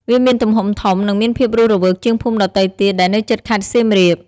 វាមានទំហំធំ និងមានភាពរស់រវើកជាងភូមិដទៃទៀតដែលនៅជិតខេត្តសៀមរាប។